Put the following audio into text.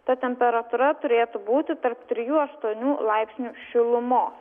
ta temperatūra turėtų būti tarp trijų aštuonių laipsnių šilumos